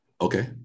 Okay